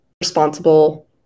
responsible